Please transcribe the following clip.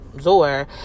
Zor